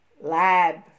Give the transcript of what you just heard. Lab